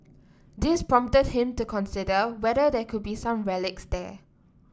this prompted him to consider whether there could be some relics there